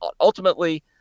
ultimately